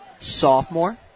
sophomore